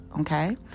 okay